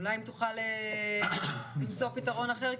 אולי תוכל למצוא פתרון אחר.